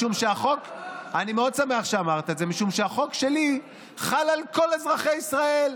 משום שהחוק שלי חל על כל אזרחי ישראל,